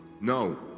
no